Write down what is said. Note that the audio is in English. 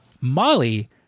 Molly